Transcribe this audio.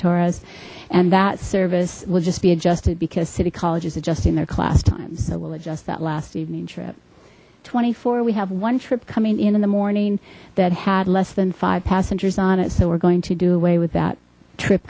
torres and that service will just be adjusted because city college is adjusting their class time so we'll adjust that last evening trip twenty four we have one trip coming in in the morning that had less than five passengers on it so we're going to do away with that trip